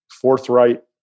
forthright